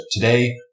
Today